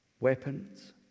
Weapons